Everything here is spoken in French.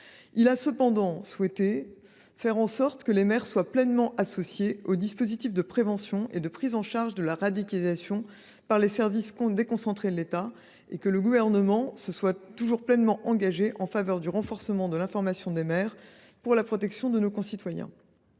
a cependant souhaité faire en sorte que les maires soient pleinement associés aux dispositifs de prévention et de prise en charge de la radicalisation mis en œuvre par les services déconcentrés de l’État. Au demeurant, il s’est toujours pleinement engagé en faveur du renforcement de l’information des maires, pour la protection de nos concitoyens.